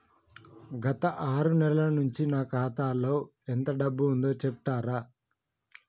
గత ఆరు నెలల నుంచి నా ఖాతా లో ఎంత డబ్బు ఉందో చెప్తరా?